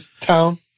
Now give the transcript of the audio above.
town